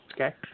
Okay